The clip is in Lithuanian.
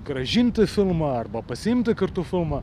grąžinti filmą arba pasiimti kartu filmą